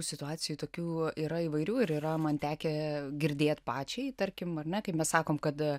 situacijų tokių yra įvairių ir yra man tekę girdėt pačiai tarkim ar ne kaip mes sakom kad